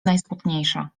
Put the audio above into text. najsmutniejsza